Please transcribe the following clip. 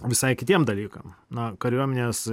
visai kitiem dalykam na kariuomenės